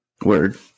Word